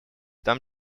том